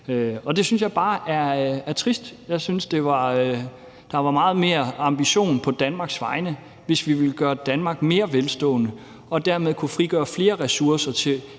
Det synes jeg bare er trist. Jeg synes, at der ville være meget mere ambition på Danmarks vegne, hvis vi ville gøre Danmark mere velstående og dermed frigøre flere ressourcer til